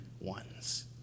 ones